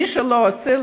מי שלא עושה,